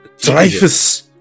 Dreyfus